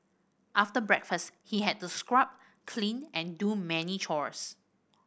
after breakfast he had to scrub clean and do many chores